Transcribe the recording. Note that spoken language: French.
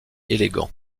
éloquent